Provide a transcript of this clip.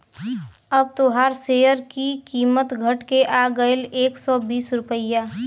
अब तोहार सेअर की कीमत घट के आ गएल एक सौ बीस रुपइया